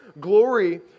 Glory